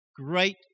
great